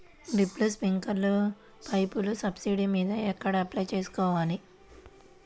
Drip, స్ప్రింకర్లు పైపులు subsidy మీద ఎక్కడ అప్లై చేసుకోవాలి?